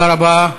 תודה רבה.